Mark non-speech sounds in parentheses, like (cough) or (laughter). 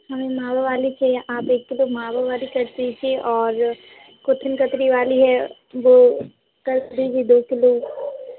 हमें मावा वाली चहिए आप एक किलो मावा वाली कर दीजिए और (unintelligible) कतरी वाली है वो कर दीजिए दो किलो